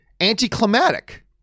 anticlimactic